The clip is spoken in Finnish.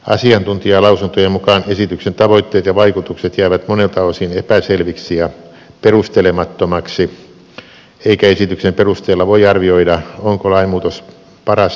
asiantuntijalausuntojen mukaan esityksen tavoitteet ja vaikutukset jäävät monelta osin epäselviksi ja perustelemattomiksi eikä esityksen perusteella voi arvioida onko lainmuutos paras tapa edetä